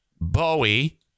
Bowie